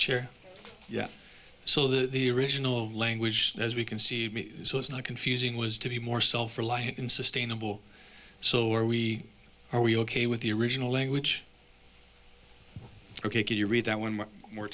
chair yeah so the original language as we can see so it's not confusing was to be more self reliant and sustainable so are we are we ok with the original language ok could you read that one more